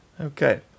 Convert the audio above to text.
Okay